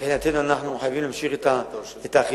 מבחינתנו אנחנו מחויבים להמשיך את האכיפה,